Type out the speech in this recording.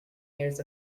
years